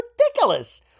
ridiculous